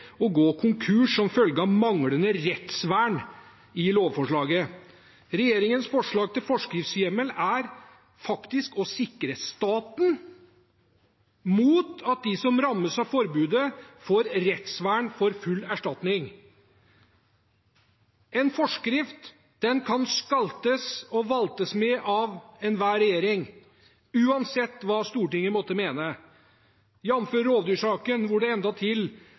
å gå konkurs som følge av manglende rettsvern i lovforslaget. Regjeringens forslag til forskriftshjemmel er faktisk å sikre staten mot at de som rammes av forbudet, får rettsvern for full erstatning. En forskrift kan skaltes og valtes med av enhver regjering, uansett hva Stortinget måtte mene, jamfør rovdyrsaken, hvor det